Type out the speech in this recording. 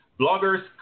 Bloggers